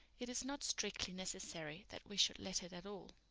it is not strictly necessary that we should let it at all.